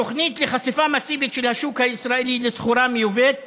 התוכנית לחשיפה מסיבית של השוק הישראלי לסחורה מיובאת